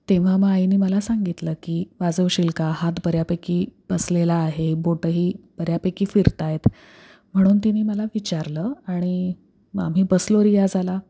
तेव्हा मग आईने मला सांगितलं की वाजवशील का हात बऱ्यापैकी बसलेला आहे बोटंही बऱ्यापैकी फिरत आहेत म्हणून तिने मला विचारलं आणि मग आम्ही बसलो रियाजाला